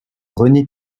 rené